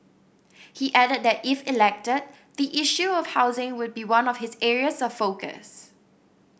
he added that if elected the issue of housing would be one of his areas of focus